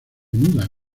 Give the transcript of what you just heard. mudas